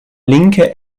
linke